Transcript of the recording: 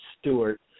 Stewart